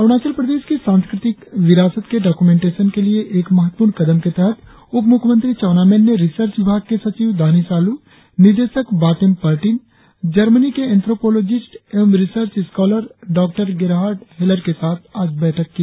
अरुणाचल प्रदेश की सांस्कृतिक विरासत के डाक्रमेंटेशन के लिए एक महत्वपूर्ण कदम के तहत उपमुख्यमंत्री चाउना मेन ने रिसर्च विभाग के सचिव दानी सालू निदेशक बातेम पार्टिन जर्मनी के एंथ्रोपोलोजिस्ट एवं research scholar Dr Gerhard Heller के साथ आज बैठक की